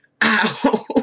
ow